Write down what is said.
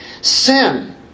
Sin